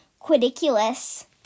quidiculous